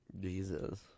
Jesus